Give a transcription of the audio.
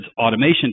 automation